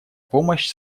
помощь